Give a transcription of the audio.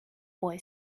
boy